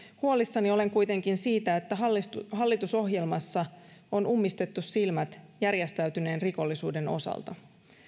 huolissani olen kuitenkin siitä että hallitusohjelmassa on ummistettu silmät järjestäytyneen rikollisuuden osalta